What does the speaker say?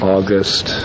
August